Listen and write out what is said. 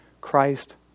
Christ